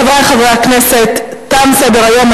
חברי חברי הכנסת, תם סדר-היום.